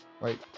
right